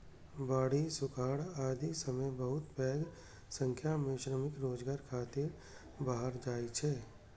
बाढ़ि, सुखाड़ आदिक समय बहुत पैघ संख्या मे श्रमिक रोजगार खातिर बाहर जाइ छै